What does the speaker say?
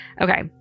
Okay